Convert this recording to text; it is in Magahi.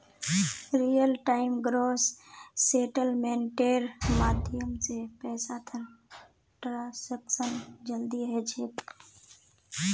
रियल टाइम ग्रॉस सेटलमेंटेर माध्यम स पैसातर ट्रांसैक्शन जल्दी ह छेक